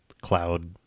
cloud